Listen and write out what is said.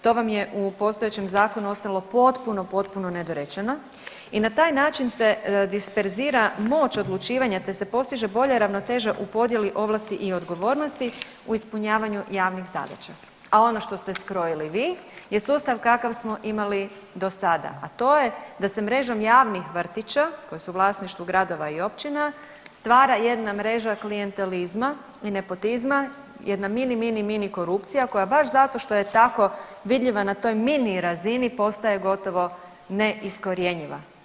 To vam je u postojećem zakonu ostalo potpuno, potpuno nedorečeno i na taj način se disperzira moć odlučivanja te se postiže bolja ravnoteža u podjeli ovlasti i odgovornosti u ispunjavanju javnih zadaća, a ono što ste skrojili vi je sustav kakav smo imali do sada, a to je da sa mrežom javnih vrtića koja su u vlasništvu gradova i općina stvara jedna mreža klijentelizma i nepotizma jedna mini, mini korupcija koja baš zato što je tako vidljiva na toj mini razini postaje gotovo neiskorjenjiva.